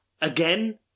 Again